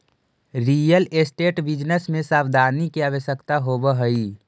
real estate business में सावधानी के आवश्यकता होवऽ हई